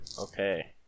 Okay